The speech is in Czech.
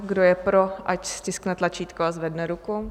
Kdo je pro, ať stiskne tlačítko a zvedne ruku.